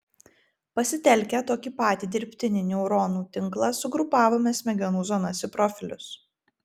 pasitelkę tokį patį dirbtinį neuronų tinklą sugrupavome smegenų zonas į profilius